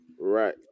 Right